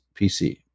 PC